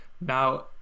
Now